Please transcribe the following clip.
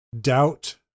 doubt